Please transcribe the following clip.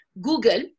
Google